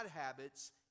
habits